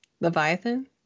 Leviathan